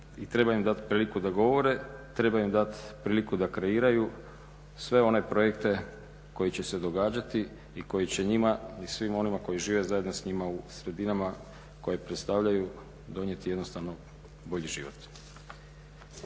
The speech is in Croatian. treba im dati priliku da govore, treba im dati priliku da kreiraju sve one projekte koji će se događati i koji će njima i svima onima koji žive zajedno s njima u sredinama koje predstavljaju donijeti jednostavno bolji život.